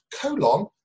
colon